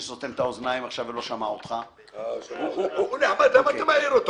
שסותם את האוזניים עכשיו ולא שומע אותך --- למה אתה מעיר אותו?